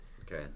Okay